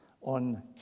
on